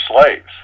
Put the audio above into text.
slaves